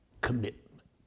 commitment